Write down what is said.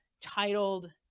titled